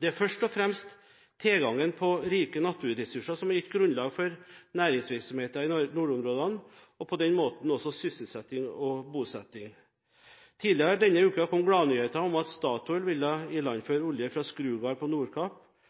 Det er først og fremst tilgangen på rike naturressurser som har gitt grunnlag for næringsvirksomhet i nordområdene, og på denne måten også sysselsetting og bosetting. Tidligere denne uken kom gladnyheten om at Statoil vil ilandføre olje fra Skrugard på